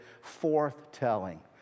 forth-telling